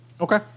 Okay